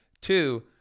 Two